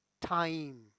time